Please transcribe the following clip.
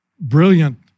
brilliant